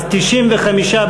אז 95,